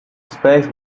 space